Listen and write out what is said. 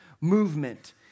movement